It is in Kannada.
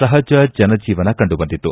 ಸಹಜ ಜನಜೀವನ ಕಂಡುಬಂದಿತ್ತು